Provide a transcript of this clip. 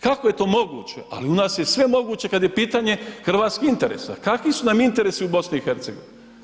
Kako je to moguće ali u nas je sve moguće kad je pitanje hrvatskih interesa, kakvi su nam interesi u BiH-u?